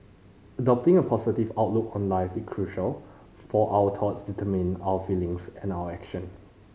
adopting a positive outlook on life is crucial for our thoughts determine our feelings and our action